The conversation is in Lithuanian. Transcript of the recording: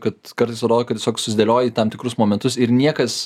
kad kartais atrodo kad tiesiog susidėlioji tam tikrus momentus ir niekas